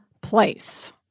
place